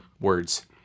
words